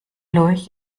lurch